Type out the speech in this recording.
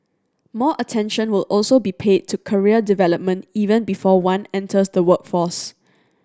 more attention will also be paid to career development even before one enters the workforce